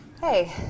Hey